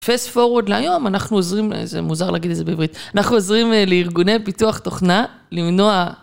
פייספורוורד להיום, אנחנו עוזרים, זה מוזר להגיד את זה בעברית, אנחנו עוזרים לארגוני פיתוח תוכנה, למנוע...